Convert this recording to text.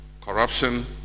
corruption